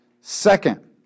Second